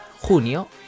junio